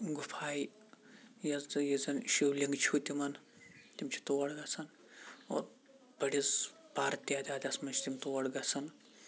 گُپھاے یَتھ زَن یہِ چھُ شِولِنٛگ چھُ تِمَن تِم چھِ تور گَژھان اور بٔڑِس بارِ تعدادَس منٛز چھِ تِم تور گَژھان